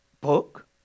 book